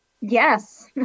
Yes